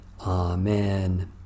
Amen